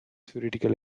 theatrical